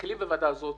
מתחילים בוועדה הזאת,